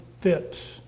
fits